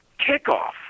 kickoff